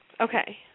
Okay